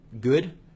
good